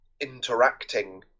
interacting